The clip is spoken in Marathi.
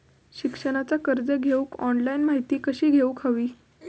शिक्षणाचा कर्ज घेऊक ऑनलाइन माहिती कशी घेऊक हवी?